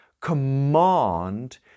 command